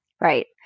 Right